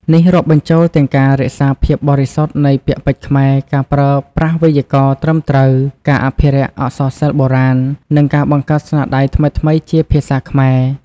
នេះរាប់បញ្ចូលទាំងការរក្សាភាពបរិសុទ្ធនៃពាក្យពេចន៍ខ្មែរ ការប្រើប្រាស់វេយ្យាករណ៍ត្រឹមត្រូវ ការអភិរក្សអក្សរសិល្ប៍បុរាណ និងការបង្កើតស្នាដៃថ្មីៗជាភាសាខ្មែរ។